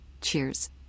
Cheers